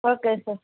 okay sir